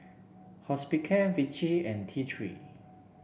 Hospicare Vichy and T Three